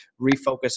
refocus